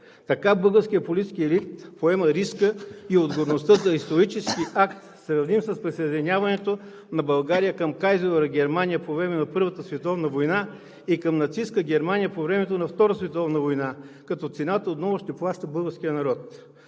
Така българският политически елит поема риска и отговорността за историческия акт, сравним с присъединяването на България към кайзерова Германия по времето на Първата световна война и към нацистка Германия по времето на Втората световна война, като цената отново ще плаща българският народ.